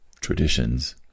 traditions